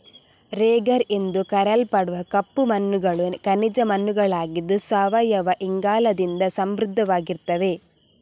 ರೆಗರ್ ಎಂದು ಕರೆಯಲ್ಪಡುವ ಕಪ್ಪು ಮಣ್ಣುಗಳು ಖನಿಜ ಮಣ್ಣುಗಳಾಗಿದ್ದು ಸಾವಯವ ಇಂಗಾಲದಿಂದ ಸಮೃದ್ಧವಾಗಿರ್ತವೆ